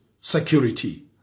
security